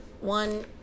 One